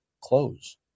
close